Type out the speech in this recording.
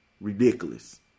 ridiculous